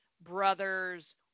brother's